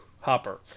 Hopper